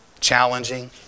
challenging